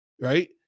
Right